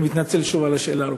אני מתנצל שוב על השאלה הארוכה.